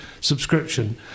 subscription